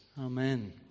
Amen